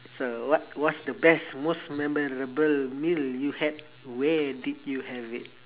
so what what's the best most memorable meal you had where did you have it